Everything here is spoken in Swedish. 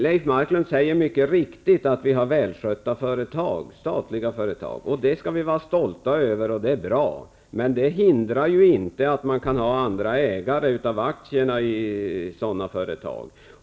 Leif Marklund säger, mycket riktigt, att vi har välskötta statliga företag. Det skall vi vara stolta över. Det är bra. Men det hindrar inte att man kan ha andra ägare till aktierna i sådana företag.